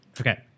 Okay